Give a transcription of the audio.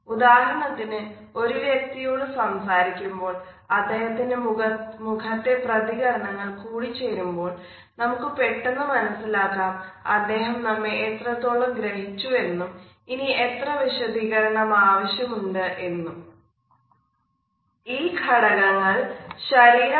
ഉദാഹരണത്തിന് ഒരു വ്യക്തിയോട് സംസാരിക്കുമ്പോൾ അദ്ദേഹത്തിൻറെ മുഖത്തെ പ്രതികരണങ്ങൾ കൂടിച്ചേരുമ്പോൾ നമുക്ക് പെട്ടെന്ന് മനസ്സിലാക്കാം അദ്ദേഹം നമ്മെ എത്രത്തോളം ഗ്രഹിച്ചു എന്നും ഇനി എത്ര വിശദീകരണം ആവശ്യമുണ്ട് എന്നുo